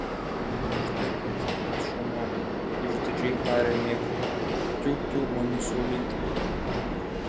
štai kokie mes šaunuoliai išdidžiai tarė niką tiutiū mano saulyte